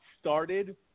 started